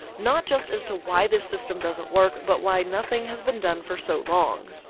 not just as to why this system doesn't work but why nothing has been done for so long.